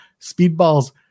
Speedball's